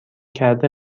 کرده